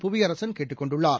புவியரசன் கேட்டுக் கொண்டுள்ளார்